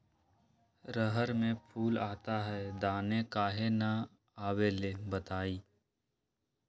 रहर मे फूल आता हैं दने काहे न आबेले बताई?